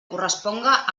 corresponga